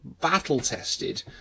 battle-tested